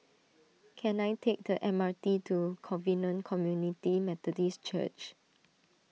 can I take the M R T to Covenant Community Methodist Church